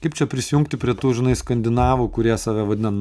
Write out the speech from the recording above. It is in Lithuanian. kaip čia prisijungti prie tų žinai skandinavų kurie save vadina